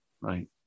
Right